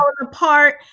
apart